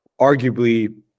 Arguably